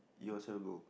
you yourself go